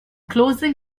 closing